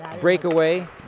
breakaway